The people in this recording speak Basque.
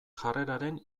jarreraren